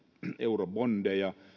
eurobondeja